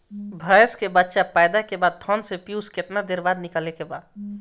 भैंस के बच्चा पैदा के बाद थन से पियूष कितना देर बाद निकले के बा?